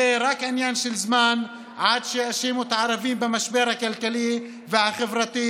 זה רק עניין של זמן עד שיאשימו את הערבים במשבר הכלכלי והחברתי,